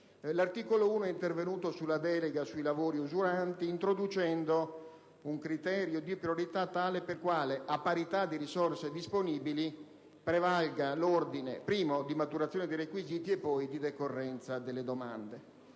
L'articolo 1 è intervenuto sulla delega sui lavori usuranti, introducendo un criterio di priorità tale per cui, a parità di risorse disponibili, prevalga prima l'ordine di maturazione dei requisiti e poi di decorrenza delle domande.